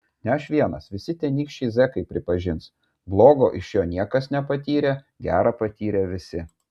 ne aš vienas visi tenykščiai zekai pripažins blogo iš jo niekas nepatyrė gera patyrė visi